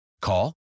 Call